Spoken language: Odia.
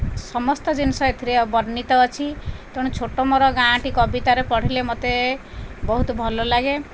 ସମସ୍ତ ଜିନିଷ ଏଥିରେ ବର୍ଣ୍ଣିତ ଅଛି ତେଣୁ ଛୋଟ ମୋର ଗାଁଟି କବିତାରେ ପଢ଼ିଲେ ମୋତେ ବହୁତ ଭଲ ଲାଗେ